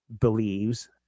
believes